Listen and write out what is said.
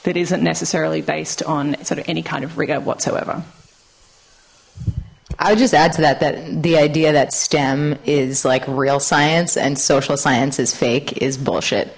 that isn't necessarily based on sort of any kind of rigor whatsoever i just add to that that the idea that stem is like real science and social science is fake is bullshit